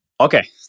Okay